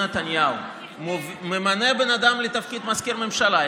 נתניהו ממנה בן אדם לתפקיד מזכיר ממשלה,